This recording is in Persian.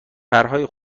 پرهای